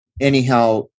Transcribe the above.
Anyhow